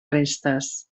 restes